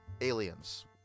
aliens